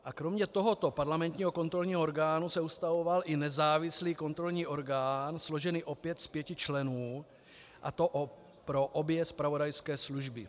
A kromě tohoto parlamentního kontrolního orgánu se ustavoval i nezávislý kontrolní orgán složený opět z pěti členů, a to pro obě zpravodajské služby.